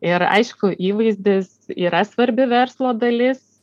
ir aišku įvaizdis yra svarbi verslo dalis